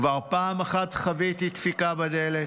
כבר פעם אחת חוויתי דפיקה בדלת.